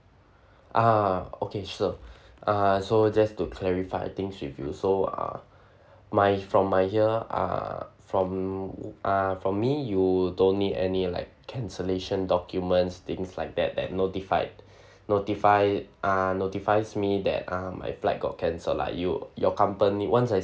ah okay sure ah so just to clarify things with you so ah my from my here ah from ah from me you don't need any like cancellation documents things like that notified notify ah notifies me that ah my flight got cancelled lah you your company once I